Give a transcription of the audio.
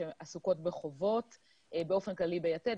שעסוקות בחובות באופן כללי ביתד.